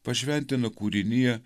pašventina kūrinyją